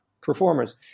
performers